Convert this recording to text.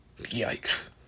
Yikes